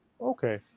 Okay